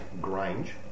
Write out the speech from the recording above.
Grange